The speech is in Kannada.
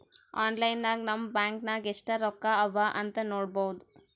ಆನ್ಲೈನ್ ನಾಗ್ ನಮ್ ಬ್ಯಾಂಕ್ ನಾಗ್ ಎಸ್ಟ್ ರೊಕ್ಕಾ ಅವಾ ಅಂತ್ ನೋಡ್ಬೋದ